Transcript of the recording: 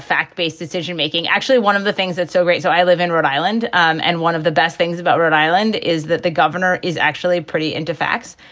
fact based decision making. actually, one of the things that's so great. so i live in rhode island and and one of the best things about rhode island is that the governor is actually pretty into facts.